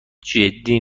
جدی